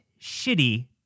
Shitty